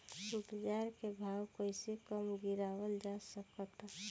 बाज़ार के भाव कैसे कम गीरावल जा सकता?